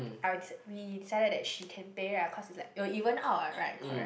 I we decided that she can pay ah cause it's like it will even out what right correct